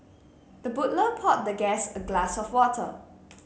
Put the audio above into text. the butler poured the guest a glass of water